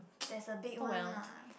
there's a big one lah